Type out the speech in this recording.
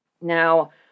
Now